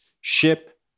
ship